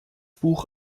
buch